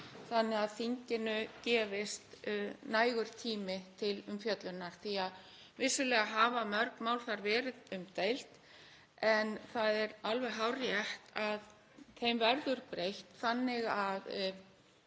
þannig að þinginu gefist nægur tími til umfjöllunar. Vissulega hafa mörg mál þar verið umdeild en það er alveg hárrétt að þeim verður breytt þannig að